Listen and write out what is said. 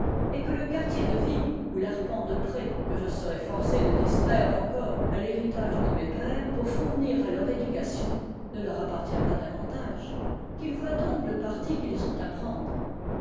et que le quartier de vigne ou l'arpent de pré que je serai forcé de distraire encore à l'héritage de mes pères pour fournir à leur éducation ne leur appartient pas davantage qu'ils voient donc le parti qu'ils ont